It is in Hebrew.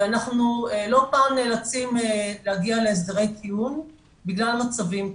ואנחנו לא פעם נאלצים להגיע להסדרי טיעון בגלל מצבים כאלה.